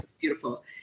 beautiful